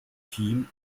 team